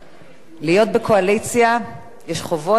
להיות בקואליציה, יש חובות ויש זכויות.